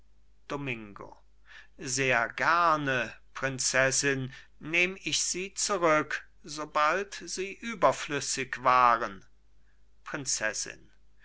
domingo sehr gerne prinzessin nehm ich sie zurück sobald sie überflüssig waren prinzessin